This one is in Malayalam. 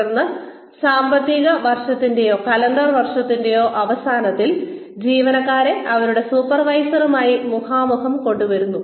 തുടർന്ന് സാമ്പത്തിക വർഷത്തിന്റേയോ കലണ്ടർ വർഷത്തിന്റേയോ അവസാനത്തിൽ ജീവനക്കാരെ അവരുടെ സൂപ്പർവൈസർമാരുമായി മുഖാമുഖം കൊണ്ടുവരുന്നു